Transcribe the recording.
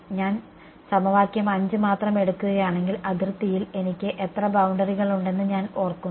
ഞാൻ സമവാക്യം 5 മാത്രം എടുക്കുകയാണെങ്കിൽ അതിർത്തിയിൽ എനിക്ക് എത്ര ബൌണ്ടറികളുണ്ടെന്ന് ഞാൻ ഓർക്കുന്നു